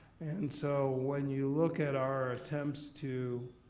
and so when you look at our attempts to